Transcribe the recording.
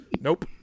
Nope